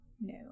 No